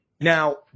Now